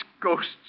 ghosts